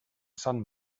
sant